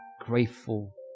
grateful